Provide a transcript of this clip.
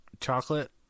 chocolate